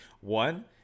One –